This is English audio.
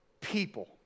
people